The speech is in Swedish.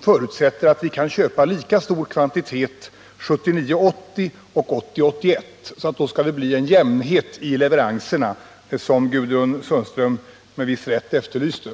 förutsätter — sträckan Göte att vi kan köpa lika stor kvantitet budgetåren 1979 81. Då skulle — ne-Nossebro det bli den jämnhet i leveranserna, som Gudrun Sundström med viss rätt efterlyste.